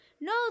No